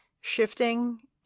shifting